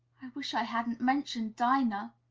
wish i hadn't mentioned dinah!